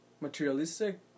materialistic